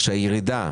שהירידה